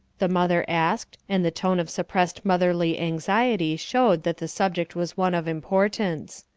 the mother asked, and the tone of suppressed motherly anxiety showed that the subject was one of importance.